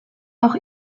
auch